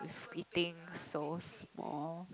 eating so small